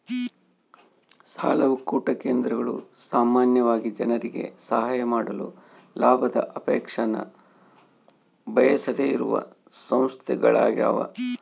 ಸಾಲ ಒಕ್ಕೂಟ ಕೇಂದ್ರಗಳು ಸಾಮಾನ್ಯವಾಗಿ ಜನರಿಗೆ ಸಹಾಯ ಮಾಡಲು ಲಾಭದ ಅಪೇಕ್ಷೆನ ಬಯಸದೆಯಿರುವ ಸಂಸ್ಥೆಗಳ್ಯಾಗವ